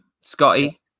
Scotty